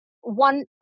one